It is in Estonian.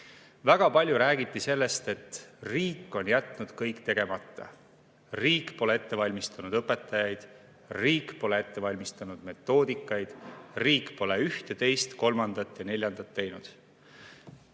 palju räägiti sellest, et riik on jätnud kõik tegemata, riik pole ette valmistanud õpetajaid, riik pole ette valmistanud metoodikaid, riik pole ühte, teist, kolmandat ja neljandat teinud.